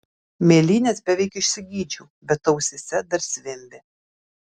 mėlynes beveik išsigydžiau bet ausyse dar zvimbė